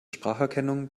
spracherkennung